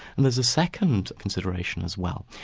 and there's a second consideration as well.